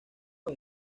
los